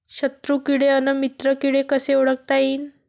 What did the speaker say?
शत्रु किडे अन मित्र किडे कसे ओळखता येईन?